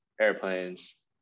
airplanes